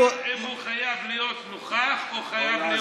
האם הוא חייב להיות נוכח או חייב להיות קשוב?